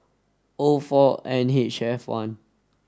O four N H F one